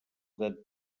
del